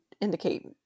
indicate